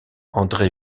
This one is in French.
andré